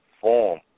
form